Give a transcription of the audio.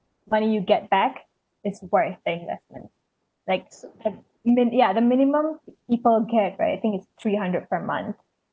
money you get back it's worth the investment likes I've been ya the minimum people get right I think it's three hundred per month